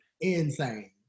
insane